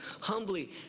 humbly